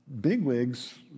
bigwigs